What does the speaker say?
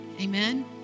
amen